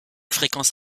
fréquence